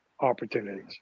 opportunities